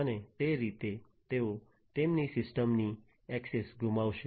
અને તે રીતે તેઓ તેમની સિસ્ટમ ની ઍક્સેસ ગુમાવશે